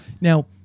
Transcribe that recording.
Now